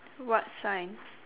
what sign